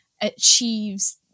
achieves